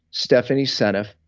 stephanie seneff,